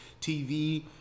TV